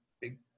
big